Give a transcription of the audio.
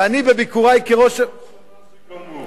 ואני בביקורי כראש, בתוך שנה זה גמור.